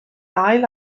ail